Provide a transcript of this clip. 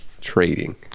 trading